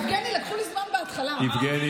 נגמר הזמן מזמן.